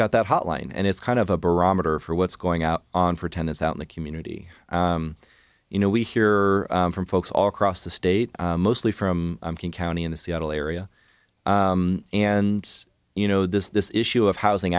got that hotline and it's kind of a barometer for what's going out on for ten is out in the community you know we hear from folks all across the state mostly from king county in the seattle area and you know this this issue of housing